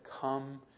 come